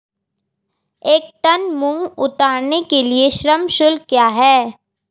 एक टन मूंग उतारने के लिए श्रम शुल्क क्या है?